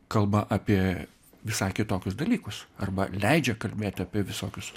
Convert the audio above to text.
kalba apie visai kitokius dalykus arba leidžia kalbėti apie visokius